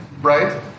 Right